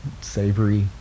savory